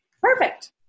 Perfect